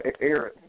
Aaron